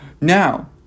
Now